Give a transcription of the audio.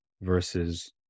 versus